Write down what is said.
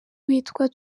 witwa